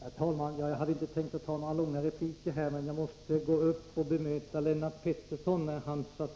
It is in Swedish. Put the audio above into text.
Herr talman! Jag hade inte tänkt ge några långa repliker, men jag måste gå upp och bemöta Lennart Pettersson, när han låter